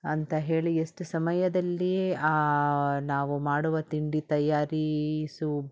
ಅಂತ ಹೇಳಿ ಎಷ್ಟು ಸಮಯದಲ್ಲಿಯೇ ಆ ನಾವು ಮಾಡುವ ತಿಂಡಿ ತಯಾರಿಸ